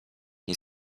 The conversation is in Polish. nie